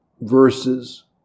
verses